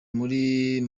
muri